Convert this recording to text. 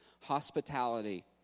Hospitality